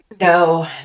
No